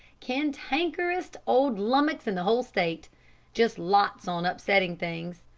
cantankerest old lummux in the whole state just lots on upsetting things.